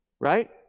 right